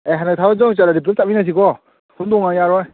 ꯑꯦ ꯍꯟꯗꯛ ꯊꯥꯕꯜ ꯆꯣꯡ ꯆꯠꯂꯗꯤ ꯄꯨꯟꯅ ꯆꯠꯃꯤꯟꯅꯁꯤꯀꯣ ꯍꯨꯟꯗꯣꯛꯑꯃꯕꯒ ꯌꯥꯔꯣꯏ